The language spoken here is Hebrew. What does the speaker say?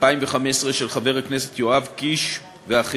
התשע"ו 2015, של חבר הכנסת יואב קיש ואחרים,